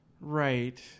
Right